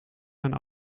mijn